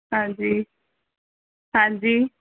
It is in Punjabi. ਹਾਂਜੀ ਹਾਂਜੀ